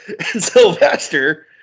Sylvester